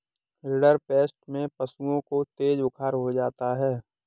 rinderpest में पशुओं को तेज बुखार हो जाता है